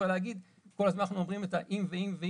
כל הזמן אנחנו אומרים "אם ואם",